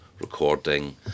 recording